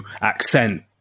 accent